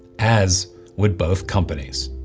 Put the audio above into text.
as would both companies.